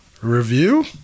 review